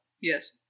Yes